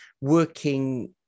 working